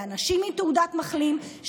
לאנשים עם תעודת מחלים,